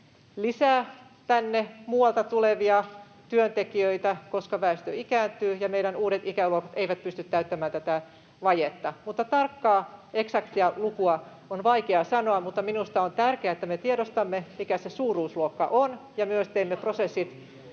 lisää tänne muualta tulevia työntekijöitä, koska väestö ikääntyy ja meidän uudet ikäluokat eivät pysty täyttämään tätä vajetta. Tarkkaa, eksaktia lukua on vaikea sanoa, mutta minusta on tärkeää, että me tiedostamme, mikä se suuruusluokka on, ja myös teemme prosessit